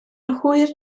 hwyr